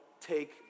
take